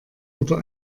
oder